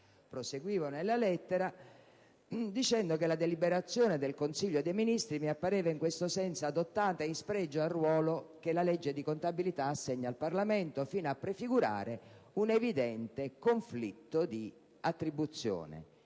Proseguivo nella lettera dicendo che la deliberazione del Consiglio dei ministri mi appariva in questo senso adottata in spregio al ruolo che la legge di contabilità assegna al Parlamento, fino a prefigurare un evidente conflitto di attribuzione.